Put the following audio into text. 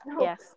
yes